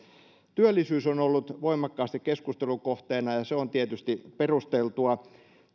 työllisyys on ollut voimakkaasti keskustelun kohteena ja se on tietysti perusteltua